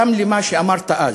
גם על מה שאמרת אז,